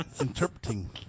Interpreting